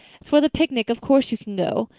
as for the picnic, of course you can go.